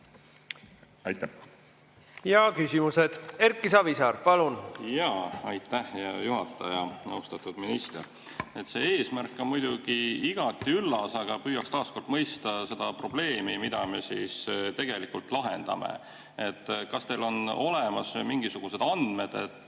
palun! Küsimused. Erki Savisaar, palun! Aitäh, hea juhataja! Austatud minister! See eesmärk on muidugi igati üllas, aga püüaks taas kord mõista seda probleemi, et mida me siis tegelikult lahendame. Kas teil on olemas mingisugused andmed,